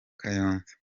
kayonza